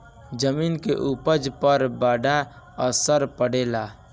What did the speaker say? जमीन के उपज पर बड़ा असर पड़ेला